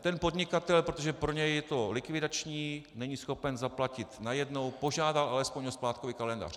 Ten podnikatel, protože pro něj je to likvidační, není schopen zaplatit najednou, požádal alespoň o splátkový kalendář.